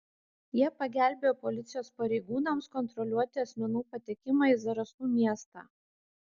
jie pagelbėjo policijos pareigūnams kontroliuoti asmenų patekimą į zarasų miestą